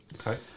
Okay